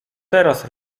teraz